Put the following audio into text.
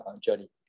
journey